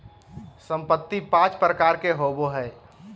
संपत्ति पांच प्रकार के होबो हइ